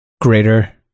greater